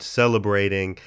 celebrating